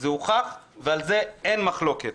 זה הוכח, ועל זה אין מחלוקת.